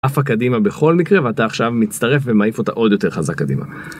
עפה קדימה בכל מקרה ואתה עכשיו מצטרף ומעיף אותה עוד יותר חזק קדימה.